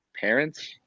parents